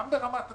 אם ברמת התקציר,